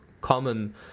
common